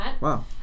wow